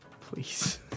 Please